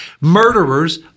murderers